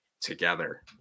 together